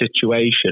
situation